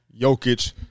Jokic